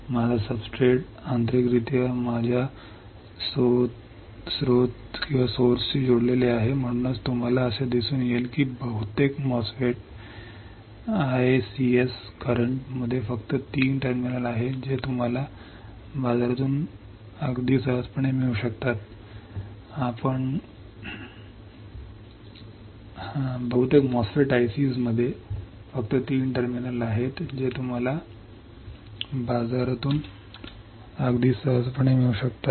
माझा सब्सट्रेट आंतरिकरित्या माझ्या स्रोताशी जोडलेला आहे म्हणूनच तुम्हाला असे दिसून येईल की बहुतेक MOSFET I cs मध्ये फक्त तीन टर्मिनल आहेत जे तुम्हाला बाजारातून अगदी सहजपणे अगदी सहजपणे मिळू शकतात